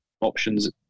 options